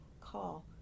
call